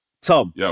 Tom